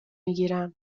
میگیرم